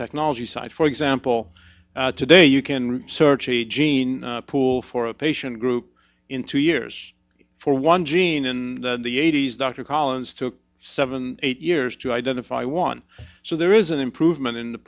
technology side for example today you can search a gene pool for a patient group in two years for one gene in the eighty's dr collins took seven eight years to identify one so there is an improvement in the